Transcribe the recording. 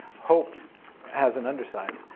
hope has an underside.